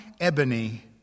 ebony